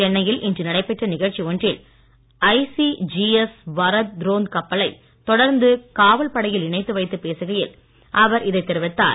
சென்னையில் இன்று நடைபெற்ற நிகழ்ச்சி ஒன்றில் ஐசிஜிஎஸ் வரத் ரோந்து கப்பலை கடலோரக் காவல் படையில் இணைத்து வைத்துப் பேசுகையில் அவர் இதைத் தெரிவித்தார்